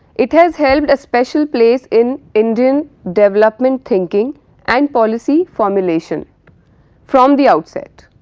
it has held a special place in indian development thinking and policy formulation from the outset.